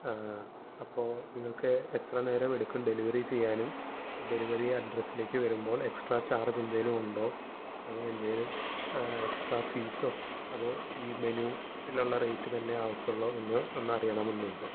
അപ്പോള് നിങ്ങള്ക്ക് എത്ര നേരമെടുക്കും ഡെലിവറി ചെയ്യാനും ഡെലിവറി അഡ്രസ്സിലേക്ക് വരുമ്പോൾ എക്സ്ട്രാ ചാർജ്ജെന്തേലുമുണ്ടോ അങ്ങനെന്തേലും എക്സ്ട്രാ ഫീസോ അതോ ഈ മെനുവിലുള്ള റേറ്റ് തന്നെ ആവാത്തുള്ളോ എന്ന് ഒന്നറിയണമെന്നുണ്ട്